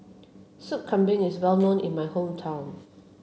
Sop Kambing is well known in my hometown